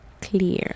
clear